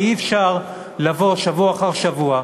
כי אי-אפשר לבוא שבוע אחר שבוע,